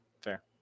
fair